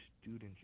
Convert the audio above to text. students